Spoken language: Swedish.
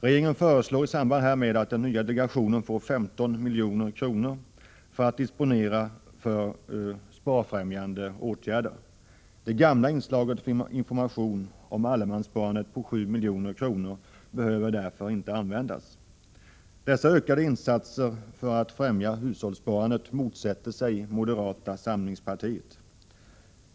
Regeringen föreslår i samband härmed att den nya delegationen får 15 milj.kr. att disponera för sparfrämjande åtgärder. Det gamla anslaget för information om allemanssparandet på 7 milj.kr. behöver därför inte användas. Dessa ökade insatser för att främja hushållssparandet motsätter sig moderata samlingspartiet.